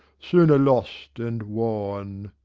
sooner lost and worn,